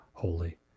holy